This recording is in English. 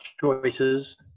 choices